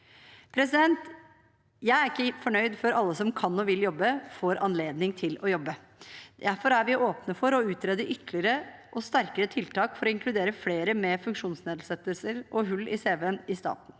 Jeg er ikke fornøyd før alle som kan og vil jobbe, får anledning til å jobbe. Derfor er vi åpne for å utrede ytterligere og sterkere tiltak for å inkludere flere med funksjonsnedsettelser og hull i cv-en i staten.